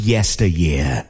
Yesteryear